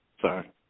sorry